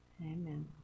Amen